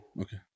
Okay